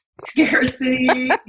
scarcity